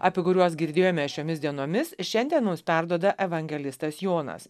apie kuriuos girdėjome šiomis dienomis šiandien mums perduoda evangelistas jonas